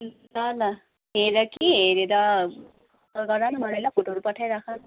ल ल हेर कि हेरेर गर न मलाई ल फोटोहरू पठाइराख